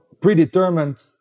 Predetermined